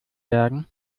bergen